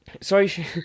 sorry